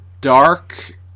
dark